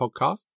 Podcast